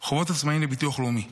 חובות עצמאים לביטוח לאומי.